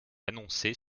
annoncés